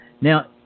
now